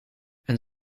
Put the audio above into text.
een